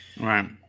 Right